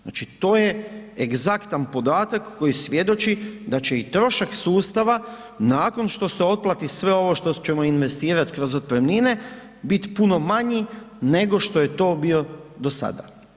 Znači to je egzaktan podatak koji svjedoči da će i trošak sustava nakon što se otplati sve ovo što ćemo investirat kroz otpremnine, bit puno manji nego što je to bio do sada.